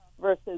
versus